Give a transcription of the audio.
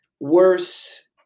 worse